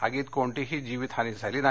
आगीत कोणतीही जीवित यानी झाली नाही